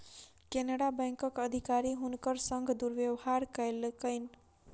केनरा बैंकक अधिकारी हुनकर संग दुर्व्यवहार कयलकैन